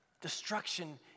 destruction